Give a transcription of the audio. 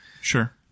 Sure